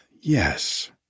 Yes